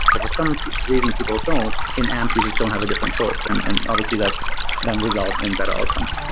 or for some reason people don't. in amp, you just don't have a different choice, and and obviously that then results in better outcomes.